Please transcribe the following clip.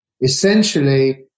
Essentially